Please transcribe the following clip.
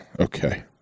Okay